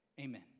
Amen